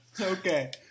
Okay